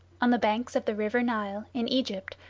on the banks of the river nile, in egypt,